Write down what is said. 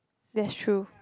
that's true